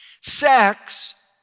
Sex